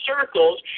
circles